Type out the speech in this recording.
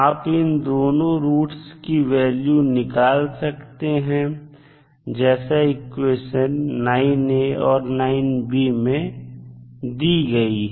आप इन दोनों रूट की वैल्यू निकाल सकते हैं जैसा इक्वेशन 9a और 9b मैं दी गई है